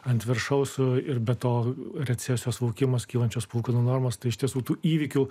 ant viršaus ir be to recesijos laukimas kylančios palūkanų normos tai iš tiesų tų įvykių